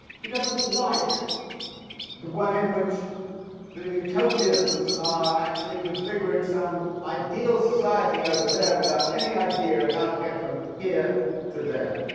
he doesn't like the way in which the utopians are actually configuring some ideal society over there, without any idea of how to get from here to there.